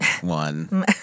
one